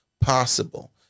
possible